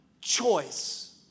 choice